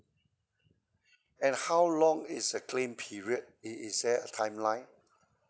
and how long is a claim period is is there a timeline